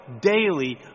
daily